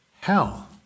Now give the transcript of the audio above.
hell